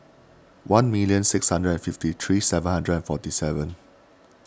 one million sixteen hundred and fifty three seven hundred and forty seven